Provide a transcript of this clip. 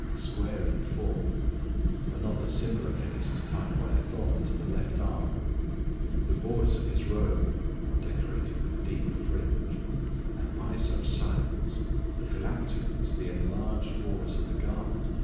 square in form another similar case is tied by a thong to the left arm the borders of his robe are decorated with deep fringe and by such signs the phylacteries, the enlarged borders of the garment,